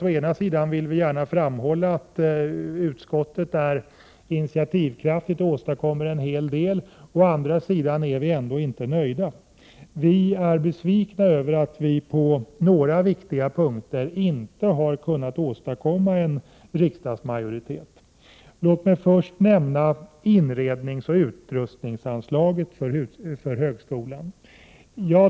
Å ena sidan vill jag gärna framhålla att utskottet är initiativkraftigt och åstadkommer en hel del. Å andra sidan är jag ändå inte nöjd. Jag är besviken över att det på några viktiga punkter inte har blivit en riksdagsmajoritet. Låt mig först nämna inredningsoch utrustningsanslaget för högskolan.